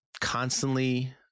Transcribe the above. constantly